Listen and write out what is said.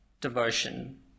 devotion